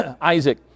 Isaac